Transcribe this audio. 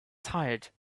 tired